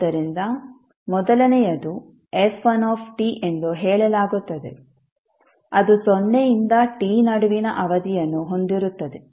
ಆದ್ದರಿಂದ ಮೊದಲನೆಯದು f1t ಎಂದು ಹೇಳಲಾಗುತ್ತದೆ ಅದು ಸೊನ್ನೆಯಿಂದ t ನಡುವಿನ ಅವಧಿಯನ್ನು ಹೊಂದಿರುತ್ತದೆ